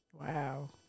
Wow